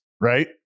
right